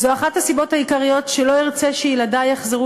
זו אחת הסיבות העיקריות שלא ארצה שילדי יחזרו